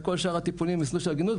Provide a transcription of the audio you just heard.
וכל שאר הטיפולים במסלול של עגינות.